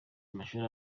amashuri